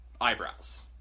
eyebrows